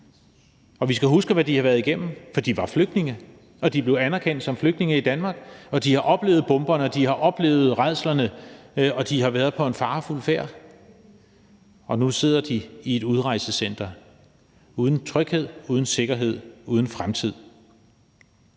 år. Vi skal huske, hvad de har været igennem, for de var flygtninge og blev anerkendt som flygtninge i Danmark. De har oplevet bomberne, og de har oplevet rædslerne, og de har været på en farefuld færd, og nu sidder de i et udrejsecenter uden tryghed, uden sikkerhed, uden fremtid.